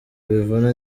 bivuna